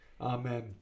Amen